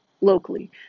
locally